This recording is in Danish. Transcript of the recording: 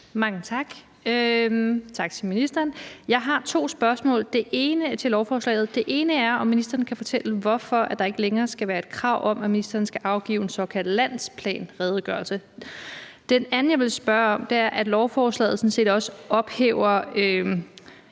Mange tak, og tak til ministeren. Jeg har to spørgsmål til lovforslaget: Det ene er, om ministeren kan fortælle, hvorfor der ikke længere skal være et krav om, at ministeren skal afgive en såkaldt landsplanredegørelse. Det andet, jeg vil spørge om, er det, at lovforslaget sådan set også ophæver